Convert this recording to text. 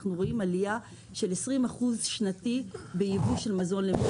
אנחנו רואים עלייה של 20% שנתי בייבוא של מזון.